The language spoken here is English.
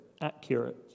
accurate